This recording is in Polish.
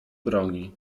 broni